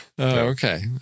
okay